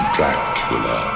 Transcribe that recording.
Dracula